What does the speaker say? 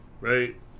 right